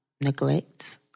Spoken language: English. neglect